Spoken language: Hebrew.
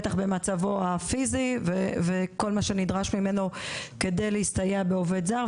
בטח במצבו הפיזי וכל מה שנדרש ממנו כדי להסתייע בעובד זר,